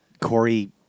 Corey